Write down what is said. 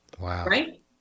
Right